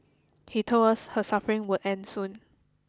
he told us her suffering would end soon